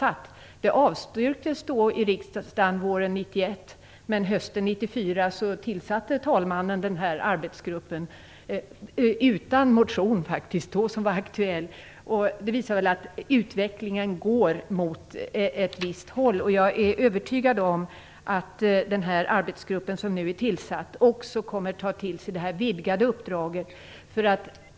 Motionen avslogs i riksdagen våren 1991, men hösten 1994 tillsatte talmannen denna arbetsgrupp - utan att någon motion då var aktuell. Det visar att utvecklingen går mot ett visst håll. Jag är övertygad om att den arbetsgrupp som nu är tillsatt också kommer att ta till sig det vidgade uppdraget.